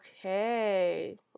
Okay